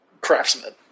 craftsman